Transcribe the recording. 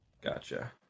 Gotcha